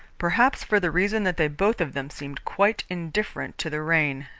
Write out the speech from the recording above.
perhaps for the reason that they both of them seemed quite indifferent to the rain.